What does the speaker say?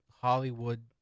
Hollywood